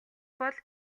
бол